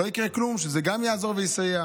לא יקרה כלום, שזה גם יעזור ויסייע.